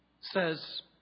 says